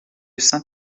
saint